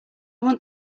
want